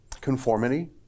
Conformity